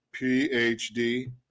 PhD